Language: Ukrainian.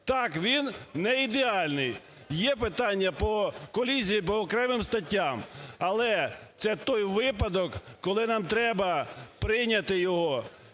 Так, він не ідеальний. Є питання по… колізії по окремим статтям, але це той випадок, коли нам треба прийняти його,